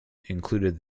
included